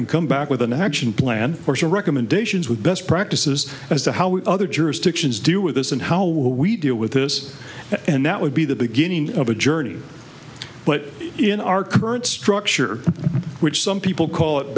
and come back with an action plan or some recommendations with best practices as to how other jurisdictions do with us and how we deal with this and that would be the beginning of a journey but in our current structure which some people call it